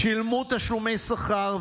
שילמו תשלומי שכר,